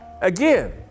again